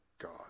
God